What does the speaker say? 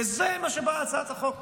וזה מה שבהצעת החוק.